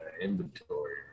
inventory